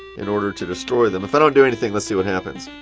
in order to destroy them. if i don't do anything, let's see what happens.